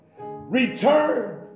return